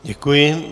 Děkuji.